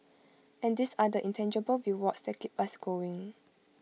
and these are the intangible rewards that keep us going